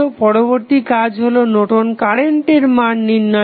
পরবর্তী কাজ হলো নর্টন কারেন্টের Nortons current মান নির্ণয় করা